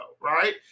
right